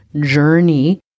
journey